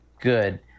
good